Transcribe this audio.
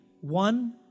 One